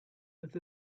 with